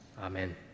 Amen